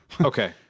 Okay